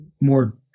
more